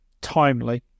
timely